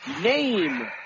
Name